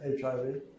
HIV